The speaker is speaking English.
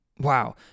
Wow